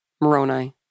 Moroni